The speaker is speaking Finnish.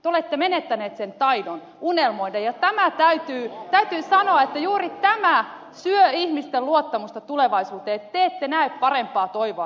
te olette menettäneet sen taidon unelmoida ja täytyy sanoa että juuri tämä syö ihmisten luottamusta tulevaisuuteen että te ette näe parempaa toivoa tulevaisuudessa